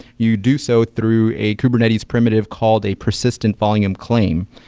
you do so through a kubernetes primitive called a persistent volume claim.